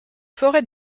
forêts